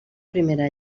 primera